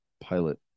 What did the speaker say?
pilot